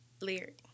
Lyric